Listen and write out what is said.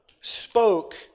spoke